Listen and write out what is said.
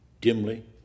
dimly